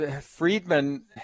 Friedman